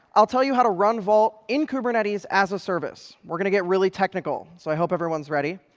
i'll tell you how to run vault in kubernetes as a service. we're going to get really technical, so i hope everyone's ready.